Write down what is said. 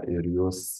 ir jūs